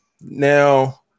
Now